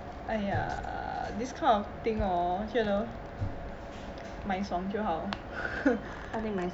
!aiya! this kind of thing hor okay lor 买爽就好